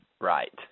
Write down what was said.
Right